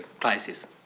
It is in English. crisis